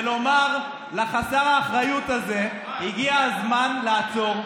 ולומר לחסר האחריות הזה: הגיע הזמן לעצור.